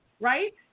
right